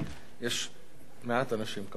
יש מעט אנשים כמוך.